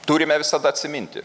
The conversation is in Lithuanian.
turime visada atsiminti